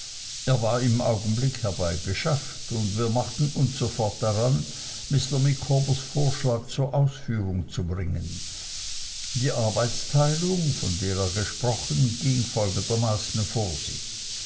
er war im augenblick herbeigeschafft und wir machten uns sofort daran mr micawbers vorschlag zur ausführung zu bringen die arbeitsteilung von der er gesprochen ging folgendermaßen vor sich